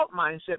mindset